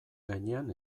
gainean